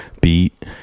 beat